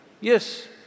Yes